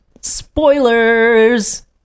spoilers